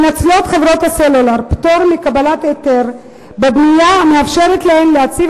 חברות הסלולר מנצלות פטור מקבלת היתר בנייה המאפשר להם להציב